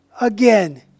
again